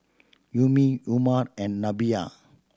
you me Umar and